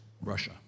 Russia